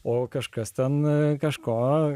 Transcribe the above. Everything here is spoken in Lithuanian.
o kažkas ten kažko